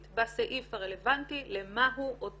ביותר, אני לא אומרת שזה יכול להיות המצב.